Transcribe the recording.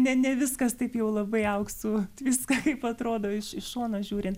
ne ne viskas taip jau labai auksu tviska kaip atrodo iš iš šono žiūrint